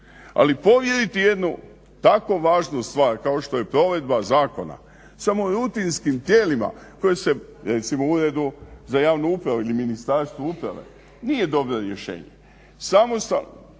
Ali povjeriti jednu tako važnu stvar kao što je provedba zakona samo u rutinskim tijelima koji se recimo u Uredu za javnu upravu ili Ministarstvu uprave nije dobro rješenje. Samo sam,